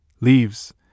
leaves